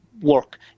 work